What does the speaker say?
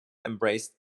embraced